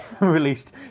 released